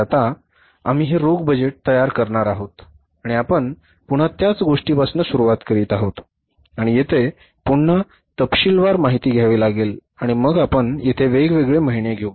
तर आता आम्ही हे रोख बजेट तयार करणार आहोत आणि आपण पुन्हा त्याच गोष्टीपासून सुरुवात करीत आहोत आणि येथे पुन्हा तपशीलवार माहिती घ्यावी लागेल आणि मग आपण येथे वेगवेगळे महिने घेऊ